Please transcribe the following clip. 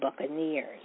Buccaneers